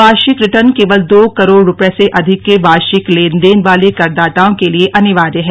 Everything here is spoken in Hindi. वार्षिक रिटर्न केवल दो करोड़ रुपये से अधिक के वार्षिक लेनदेन वाले करदाताओं के लिए अनिवार्य है